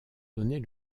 donner